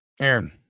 aaron